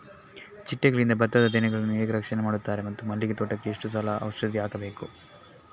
ಚಿಟ್ಟೆಗಳಿಂದ ಭತ್ತದ ತೆನೆಗಳನ್ನು ಹೇಗೆ ರಕ್ಷಣೆ ಮಾಡುತ್ತಾರೆ ಮತ್ತು ಮಲ್ಲಿಗೆ ತೋಟಕ್ಕೆ ಎಷ್ಟು ಸಲ ಔಷಧಿ ಹಾಕಬೇಕು?